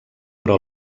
però